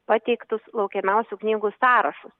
pateiktus laukiamiausių knygų sąrašus